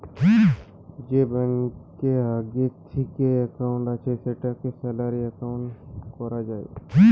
যে ব্যাংকে আগে থিকেই একাউন্ট আছে সেটাকে স্যালারি একাউন্ট কোরা যায়